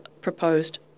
proposed